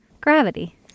Gravity